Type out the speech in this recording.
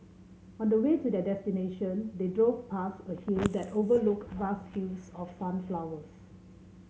on the way to their destination they drove past a hill that overlooked vast fields of sunflowers